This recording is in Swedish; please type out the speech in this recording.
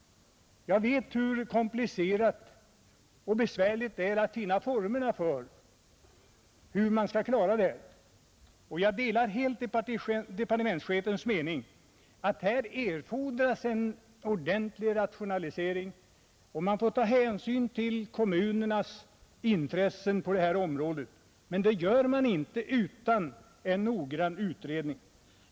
Jag vet hur komplicerat och besvärligt det är att finna former för hur man skall klara problemet. Jag är helt av departementschefens mening att här erfordras en ordentlig rationalisering och att man får ta hänsyn till kommunernas intressen på detta område, men det gör man inte utan en noggrann utredning.